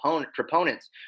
proponents